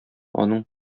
аның